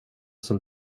som